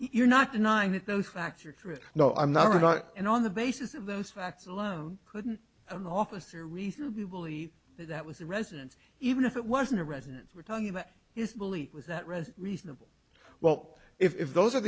you're not denying that those facts are true no i'm not and on the basis of those facts alone couldn't an officer reasonably believe that that was a residence even if it wasn't a residence we're talking about his belief was that rest reasonable well if those are